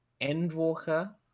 Endwalker